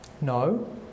No